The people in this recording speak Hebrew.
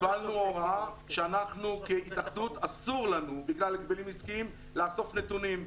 קיבלנו הוראה שכהתאחדות אסור לנו בגלל הגבלים עסקיים לאסוף נתונים.